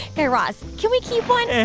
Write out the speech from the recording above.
guy raz, can we keep one?